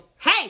Hey